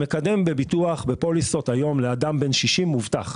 המקדם בביטוח בפוליסות היום לאדם בן 60 מובטח.